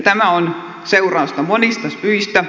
tämä on seurausta monista syistä